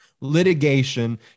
litigation